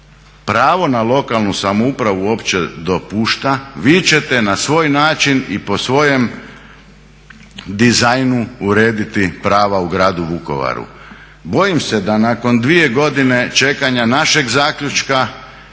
pravo na lokalnu samoupravu opće dopušta, vi ćete na svoj način i po svojem dizajnu urediti prava u Gradu Vukovaru. Bojim se da nakon dvije godine čekanja našeg zaključka